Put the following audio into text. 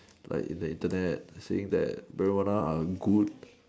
like in the Internet saying that marijuana are good